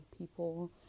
People